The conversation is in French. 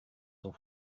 sont